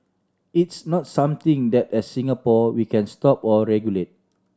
it's not something that as Singapore we can stop or regulate